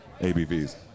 ABVs